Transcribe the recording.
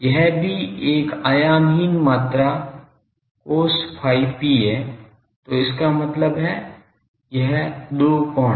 यह भी एक आयामहीन मात्रा cos phi p है तो इसका मतलब है यह 2 कोण